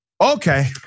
Okay